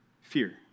fear